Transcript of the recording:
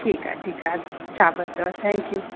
ठीकु आहे ठीकु शाबास अथव थैंक्यू